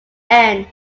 ends